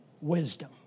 Wisdom